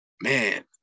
man